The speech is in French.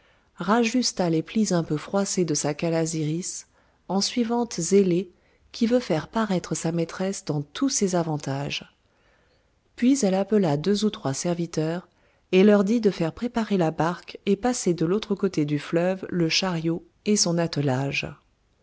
rajusta les plis un peu froissés de sa calasiris en suivante zélée qui veut faire paraître sa maîtresse dans tous ses avantages puis elle appela deux ou trois serviteurs et leur dit de faire préparer la barque et passer de l'autre côté du fleuve le chariot et son attelage